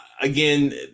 again